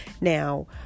Now